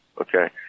okay